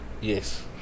Yes